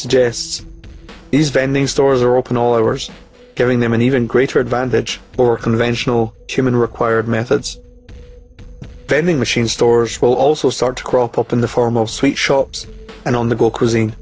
suggests these vending stores are open all hours carrying them an even greater advantage over conventional human required methods vending machine stores will also start to crop up in the form of sweet shops and on the go cruising